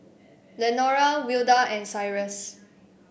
Lenora Wilda and Cyrus